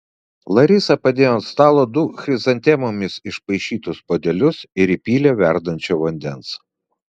larisa padėjo ant stalo du chrizantemomis išpaišytus puodelius ir įpylė verdančio vandens